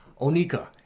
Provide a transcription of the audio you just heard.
onika